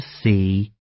see